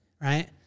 right